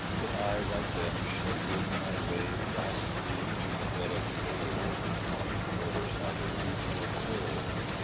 but i like them shall win my way lastly to the bed of mould where there's neither heat nor cold.